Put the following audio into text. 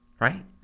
Right